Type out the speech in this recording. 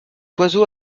oiseau